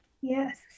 Yes